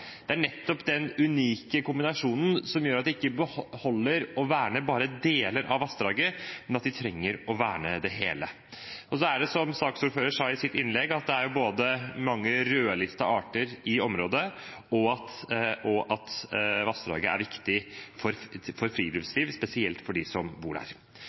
Det er nettopp denne unike kombinasjonen som gjør at det ikke holder å verne bare deler av vassdraget, men at vi trenger å verne det hele. Det er, som saksordføreren sa i sitt innlegg, mange rødlistearter i området, og vassdraget er viktig for friluftslivet, spesielt for dem som bor der.